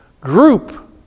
group